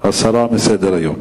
הסרה מסדר-היום.